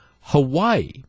hawaii